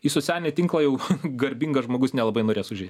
į socialinį tinklą jau garbingas žmogus nelabai norės užeit